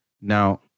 Now